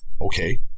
Okay